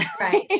right